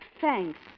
Thanks